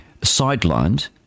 sidelined